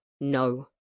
No